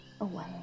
away